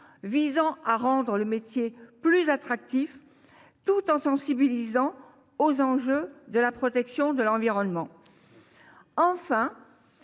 afin de rendre le métier plus attractif tout en sensibilisant aux enjeux de protection de l’environnement. Enfin,